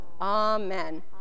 Amen